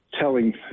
telling